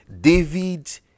david